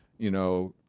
you know.